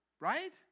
right